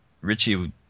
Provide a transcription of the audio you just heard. Richie